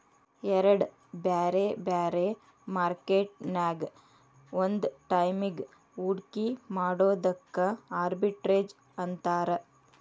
ಎರಡ್ ಬ್ಯಾರೆ ಬ್ಯಾರೆ ಮಾರ್ಕೆಟ್ ನ್ಯಾಗ್ ಒಂದ ಟೈಮಿಗ್ ಹೂಡ್ಕಿ ಮಾಡೊದಕ್ಕ ಆರ್ಬಿಟ್ರೇಜ್ ಅಂತಾರ